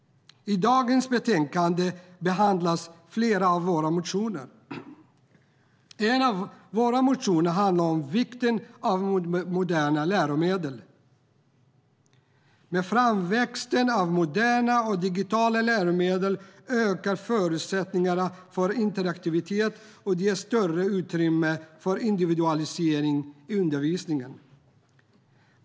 I dagens betänkande behandlas flera av våra motioner. En av våra motioner handlar om vikten av moderna läromedel. Med framväxten av moderna och digitala läromedel ökar förutsättningarna för interaktivitet, och det ger större utrymme för individualisering i undervisningen.